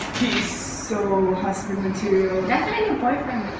so husband material definitely boyfriend